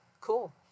cool